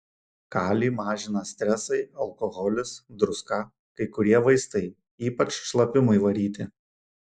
kalį mažina stresai alkoholis druska kai kurie vaistai ypač šlapimui varyti